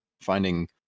finding